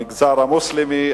המגזר המוסלמי,